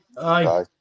Aye